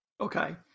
Okay